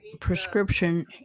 prescription